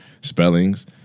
spellings